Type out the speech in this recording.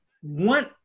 one